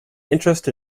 interest